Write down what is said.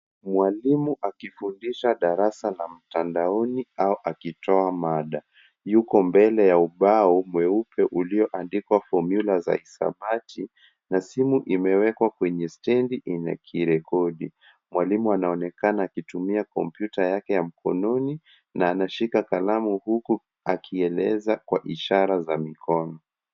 Mwalimu akifundisha darasa la mtandaoni au akitoa mada. Yuko mbele ya ubao mweupe ulioandikwa fomula za hisabati na simu imewekwa kwenye stendi yenye kirekodi. Mwalimu anaonekana kitumia kompyuta yake ya mkononi na anashika kalamu huku akieleza kwa ishara za mikono.